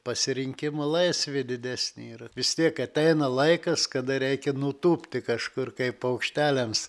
pasirinkimo laisvė didesnė yra vis tiek ateina laikas kada reikia nutūpti kažkur kaip paukšteliams